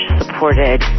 supported